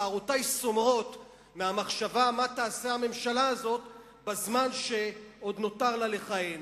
שערותי סומרות מהמחשבה מה תעשה הממשלה הזאת בזמן שעוד נותר לה לכהן.